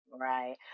Right